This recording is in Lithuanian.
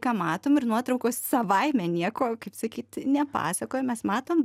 ką matom ir nuotraukos savaime nieko kaip sakyt nepasakoja mes matom